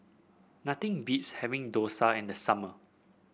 nothing beats having dosa in the summer